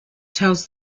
tells